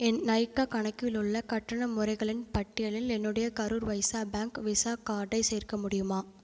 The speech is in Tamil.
என் நைகா கணக்கில் உள்ள கட்டண முறைகளின் பட்டியலில் என்னுடைய கரூர் வைஸ்யா பேங்க் விசா கார்டை சேர்க்க முடியுமா